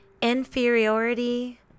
Inferiority